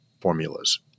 formulas